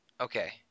okay